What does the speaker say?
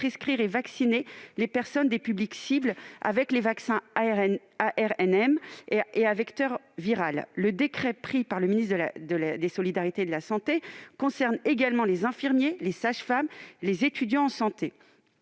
prescrire et vacciner les personnes des publics cibles avec les vaccins à ARN messager et à vecteur viral. Le décret pris par le ministre des solidarités et de la santé concerne également les infirmiers, les sages-femmes et les étudiants en santé.